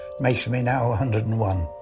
makes me now a hundred and one.